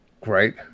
Great